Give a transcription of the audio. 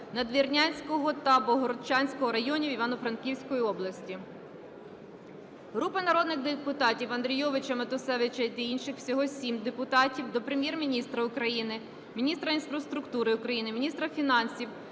Надвірнянського та Богородчанського районів Івано-Франківської області. Групи народних депутатів (Андрійовича, Матусевича та інших. Всього 7 депутатів) до Прем'єр-міністра України, міністра інфраструктури України, міністра фінансів